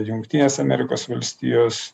jungtinės amerikos valstijos